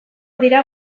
dira